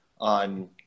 On